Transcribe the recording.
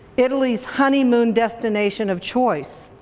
italy's honeymoon destination of choice.